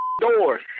doors